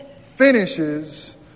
finishes